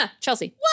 Chelsea